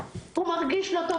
הוא מרגיש לא טוב,